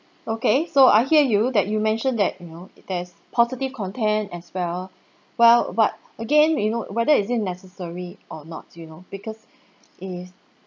okay so I hear you that you mentioned that you know it there's positive content as well well but again you know whether is it necessary or not you know because it is